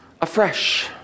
afresh